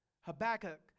Habakkuk